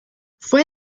fue